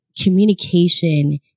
communication